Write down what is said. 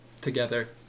together